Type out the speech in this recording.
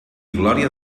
glòria